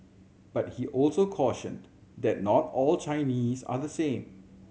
but he also cautioned that not all Chinese are the same